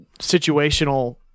situational